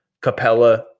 Capella